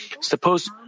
Suppose